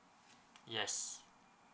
yes